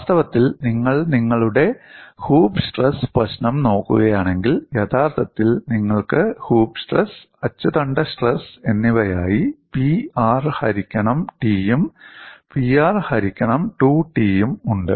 വാസ്തവത്തിൽ നിങ്ങൾ നിങ്ങളുടെ ഹൂപ്പ് സ്ട്രെസ് പ്രശ്നം നോക്കുകയാണെങ്കിൽ യഥാർത്ഥത്തിൽ നിങ്ങൾക്ക് ഹൂപ്പ് സ്ട്രെസ് അച്ചുതണ്ട് സ്ട്രെസ് എന്നിവയായി p R ഹരിക്കണം t യും p R ഹരിക്കണം 2 t യും ഉണ്ട്